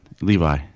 Levi